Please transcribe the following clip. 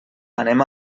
anem